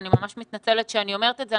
אני ממש מתנצלת שאני אומרת את זה,